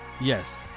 Yes